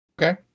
Okay